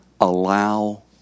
allow